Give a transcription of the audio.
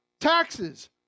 taxes